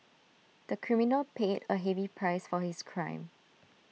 the criminal paid A heavy price for his crime